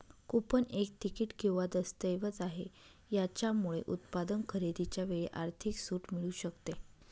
coupon एक ticket किंवा दस्तऐवज आहे, याच्यामुळे उत्पादन खरेदीच्या वेळी आर्थिक सूट मिळू शकते